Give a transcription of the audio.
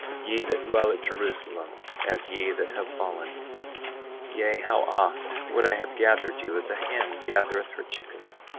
ye that dwell at jerusalem, as ye that have fallen yea, how oft would i have gathered you as a hen gathereth her chickens,